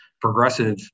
progressive